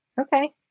Okay